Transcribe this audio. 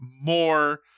more